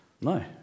No